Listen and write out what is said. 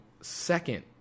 second